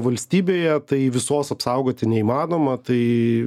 valstybėje tai visos apsaugoti neįmanoma tai